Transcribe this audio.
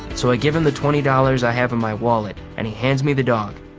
so i give him the twenty dollars i have in my wallet and he hands me the dog.